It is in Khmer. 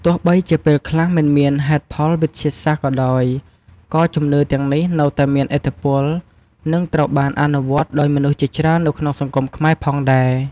ទោះបីជាពេលខ្លះមិនមានហេតុផលវិទ្យាសាស្ត្រក៏ដោយ ក៏ជំនឿទាំងនេះនៅតែមានឥទ្ធិពល និងត្រូវបានអនុវត្តន៍ដោយមនុស្សជាច្រើននៅក្នុងសង្គមខ្មែរផងដែរ។